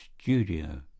studio